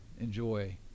enjoy